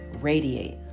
radiate